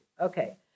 Okay